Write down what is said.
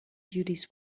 duties